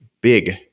big